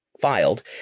filed